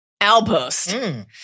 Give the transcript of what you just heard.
Alpost